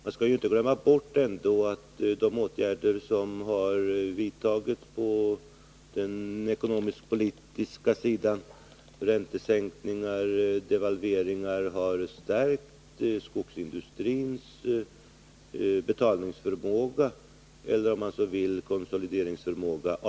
Man skall inte glömma bort att de åtgärder som har vidtagits på den ekonomisk-politiska sidan — räntesänkningar, devalveringar — avsevärt har stärkt skogsindustrins betalningsförmåga eller, om man så vill, konsolideringsförmåga.